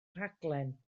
rhaglen